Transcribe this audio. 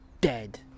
dead